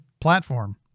platform